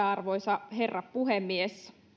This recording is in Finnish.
arvoisa herra puhemies